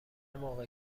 موقع